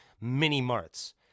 mini-marts